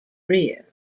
rear